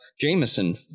Jameson